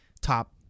top